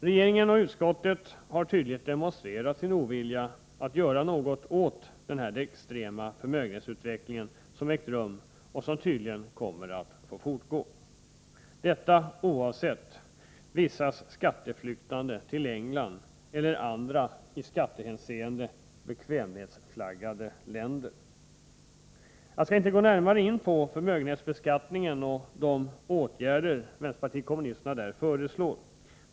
Regeringen och utskottet har tydligt demonstrerat sin ovilja att göra något åt den extrema förmögenhetsutveckling som ägt rum och som tydligen kommer att fortgå, och detta oavsett vissa personers skatteflyktande till England eller andra, i skattehänseende, bekvämlighetsflaggade länder. Jag skall inte gå närmare in på förmögenhetsbeskattningen och de åtgärder vänsterpartiet kommunisterna där föreslår.